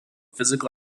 physical